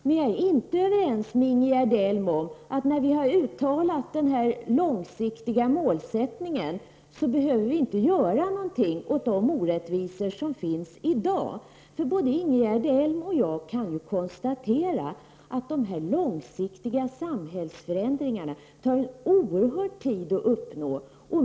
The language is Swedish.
Men jag är inte överens med Ingegerd Elm om att vi, när vi har uttalat denna långsiktiga målsättning, inte behöver göra någonting åt de orättvisor som finns i dag. Både Ingegerd Elm och jag kan konstatera att de långsiktiga samhällsförändringarna tar oerhörd tid att uppnå.